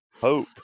Hope